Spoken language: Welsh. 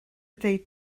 dweud